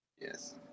Yes